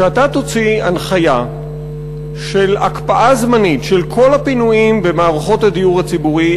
שאתה תוציא הנחיה של הקפאה זמנית של כל הפינויים במערכות הדיור הציבורי,